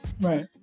Right